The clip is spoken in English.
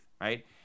right